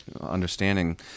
understanding